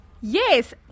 Yes